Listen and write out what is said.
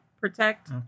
protect